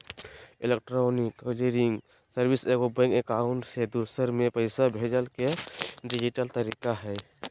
electronic clearing service एगो bank account से दूसर में पैसा भेजय के डिजिटल तरीका हइ